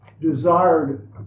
desired